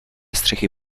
střechy